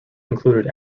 included